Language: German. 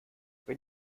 wenn